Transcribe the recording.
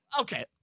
okay